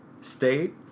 state